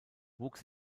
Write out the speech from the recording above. wuchs